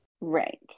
Right